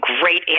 great